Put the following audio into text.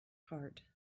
heart